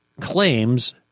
claims